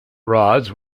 rods